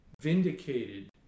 Vindicated